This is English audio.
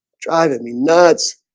driving me nuts